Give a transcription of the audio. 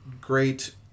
great